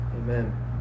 Amen